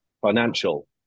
financial